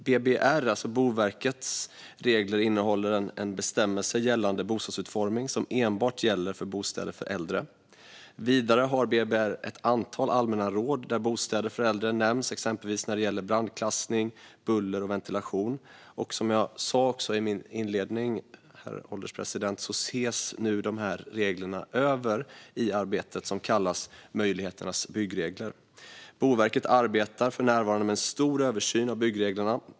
BBR, alltså Boverkets byggregler, innehåller en bestämmelse gällande bostadsutformning som enbart gäller bostäder för äldre. Vidare har BBR ett antal allmänna råd där bostäder för äldre nämns, exempelvis när det gäller brandklassning, buller och ventilation. Som jag sa i mitt inledande anförande, herr ålderspresident, ses dessa regler nu över i det arbete som kallas Möjligheternas byggregler. Boverket arbetar för närvarande med en stor översyn av byggreglerna.